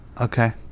Okay